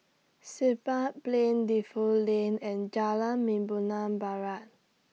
Siglap Plain Defu Lane and Jalan Membina Barat